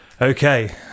Okay